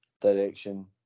direction